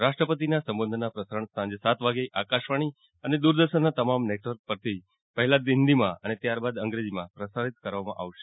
રાષ્ટ્રપતિના સંબોધનનું પ્રસારણ સાંજે સાત વાગે આકાશવાણી અને દૂરદર્શનના તમામ નેટવર્ક પરથી પહેલા હિન્દીમાં અને ત્યારબાદ અંગ્રેજીમાં પ્રસારિત કરવામાં આવશે